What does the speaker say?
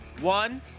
one